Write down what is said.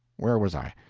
where was i?